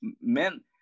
men